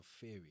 theory